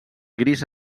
gris